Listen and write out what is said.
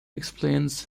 explains